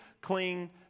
cling